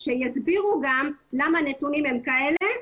שיסבירו גם למה הנתונים הם כאלה.